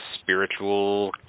spiritual